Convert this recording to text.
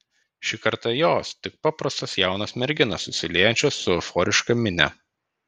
šįkart jos tik paprastos jaunos merginos susiliejančios su euforiška minia